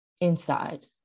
inside